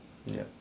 yup